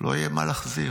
לא יהיה מה להחזיר.